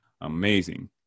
amazing